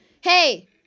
Hey